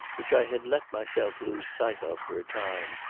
which i had let myself lose sight of, for a time.